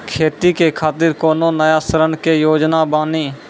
खेती के खातिर कोनो नया ऋण के योजना बानी?